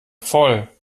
voll